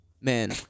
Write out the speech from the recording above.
Man